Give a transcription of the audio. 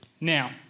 Now